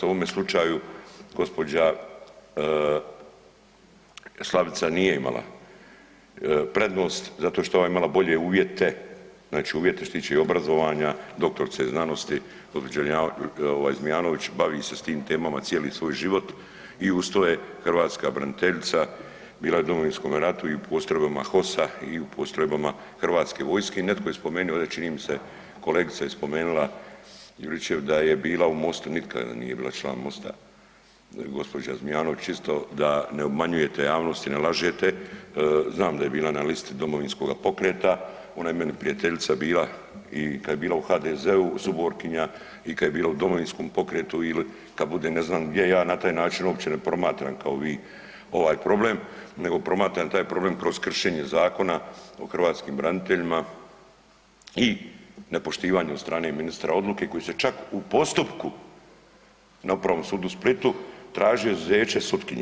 U ovome slučaju gospođa Slavica nije imala prednost zato što je ova imala bolje uvjete, znači uvjete što se tiče i obrazovanja dr.sc. gospođa Zmijanović bavi se s tim temama cijeli svoj život i uz to je hrvatska braniteljica, bila je u Domovinskom ratu i u postrojbama HOS-a i u postrojbama HV-a i netko je spomenuo ovdje čini mi se, kolegica je spomenula Juričev da je bila u MOST-u, nikada ona nije bila član MOST-a gospođa Zmijanović isto da ne obmanjujete javnost i ne lažete, znam da je bila na listi Domovinskoga pokreta ona je meni prijateljica bila i kad je bila u HDZ-u suborkinja i kad je bila u Domovinskom pokretu ili kad bude ne znam gdje, ja na taj način uopće ne promatram kao vi ovaj problem, nego promatram taj problem kroz kršenje Zakona o hrvatskim braniteljima i nepoštivanju od strane ministra odluke koji se čak u postupku na Upravnom sudu u Splitu tražio izuzeće sutkinje.